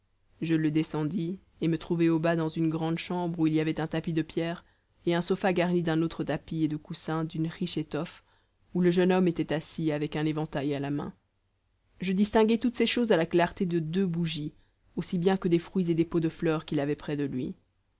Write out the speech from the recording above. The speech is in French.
je le descendis et me trouvai au bas dans une grande chambre où il y avait un tapis de pied et un sofa garni d'un autre tapis et de coussins d'une riche étoffe où le jeune homme était assis avec un éventail à la main je distinguai toutes ces choses à la clarté de deux bougies aussi bien que des fruits et des pots de fleurs qu'il avait près de lui